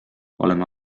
oleme